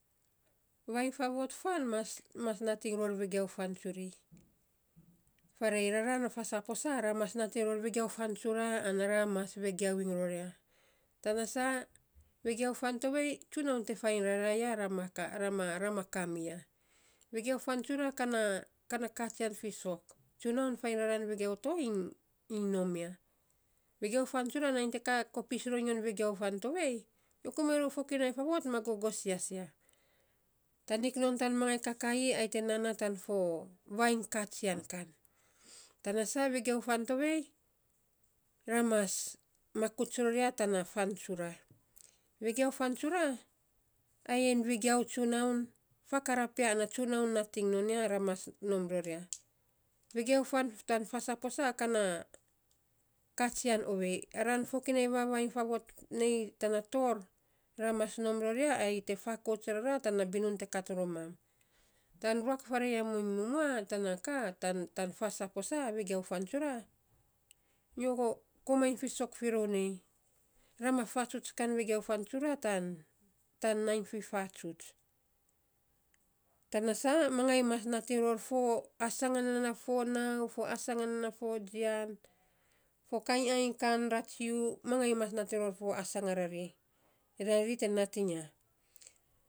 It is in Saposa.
Vainy faavot fan mas mas nating ror vegiau fan tsuri. Faarei ara na faa saposa, ra mas nating vegiau fan tsura ana ra mas vegiau iny ror ya. Tana saa vegiau fan tovei, tsunaun fainy rara ya rama ka, rama rama ka miya. Vegiau fan tsura ka ra ka ra katsian fiisok, tsunaun fainy raran vegiau to iny iny nom ya. Vegiau fa tsura, nainy te ka kopis ronyo vegiau fan tovei, nyo komainy rou fokinai faavot ma gogosias ya. Tanik non fo mangai kakaii, ai te naa na tan fo vainy katsian kan. Tana saa vegiau fan tovei, ra mas makuts ror ya ana tsunaun nating non ya ra ma nom ra ya. Vegiau fan tan fa saposa, ka na katsian ovei ara fokinai vavainy faavot nei tana tor, ra mas nom ror ya, ai te fakouts rara tana binun te kat roman. Tan ruak faarei a muiny mua tana ka, tan tan faa saposa, vegiau fan tsura, nyo komainy fiisok fi ror nei, ra ma fatsuts kan vegiau fan tsura tan tan nainy fifatsuts, tana saa mangaii mas ror fo asangan nana fo nau fo asangan nana fo jian, fo kainy ainy kan ratsu, mangai mas nating iny ror fo asangai rari, ana ri te nating ya.